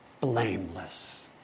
blameless